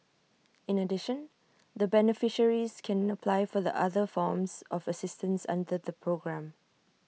in addition the beneficiaries can apply for the other forms of assistance under the programme